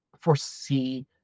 foresee